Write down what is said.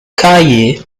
kaye